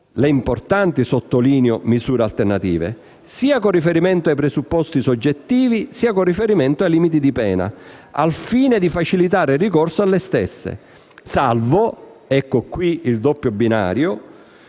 le importanti, sottolineo, misure alternative - «sia con riferimento ai presupposti soggettivi sia con riferimento ai limiti di pena, al fine di facilitare il ricorso alle stesse, salvo» - ecco qui il doppio binario